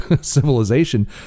civilization